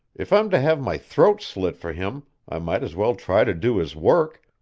if i'm to have my throat slit for him i might as well try to do his work.